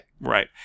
Right